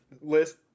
list